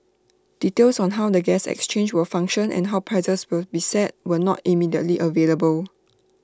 details on how the gas exchange will function and how prices will be set were not immediately available